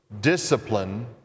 Discipline